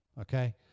okay